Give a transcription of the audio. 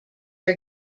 are